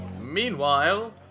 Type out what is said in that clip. Meanwhile